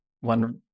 one